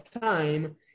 time